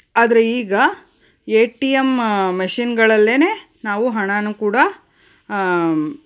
ಆದರೆ ಈಗ A T M ಮೆಷಿನ್ಗಳಲ್ಲೇ ನಾವು ಹಣಾನು ಕೂಡ